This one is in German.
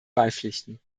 beipflichten